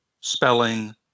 spelling